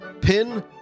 pin